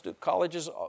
colleges